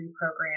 program